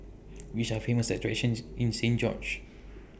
Which Are Famous attractions in Saint George's